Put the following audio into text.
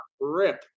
rip